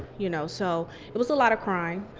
you know so it was a lot of crime,